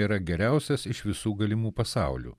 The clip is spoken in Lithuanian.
yra geriausias iš visų galimų pasaulių